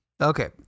okay